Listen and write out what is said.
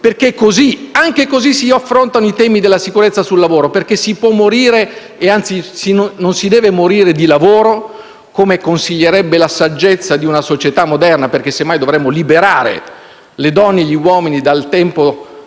perché anche così si affrontano i temi della sicurezza sul lavoro. Se infatti non si deve morire di lavoro, come consiglierebbe la saggezza di una società moderna, visto che semmai dovremmo liberare le donne e gli uomini dal tempo